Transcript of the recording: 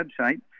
website